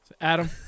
Adam